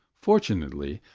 fortunately,